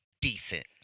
decent